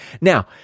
Now